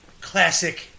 classic